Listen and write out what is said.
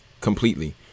completely